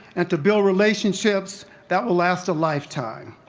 and to build relationships that will last a lifetime.